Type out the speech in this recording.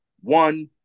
one